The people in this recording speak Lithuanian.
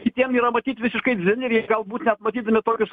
kitiem yra matyt visiškai dzin ir jie galbūt net matydami tokius